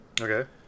Okay